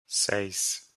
seis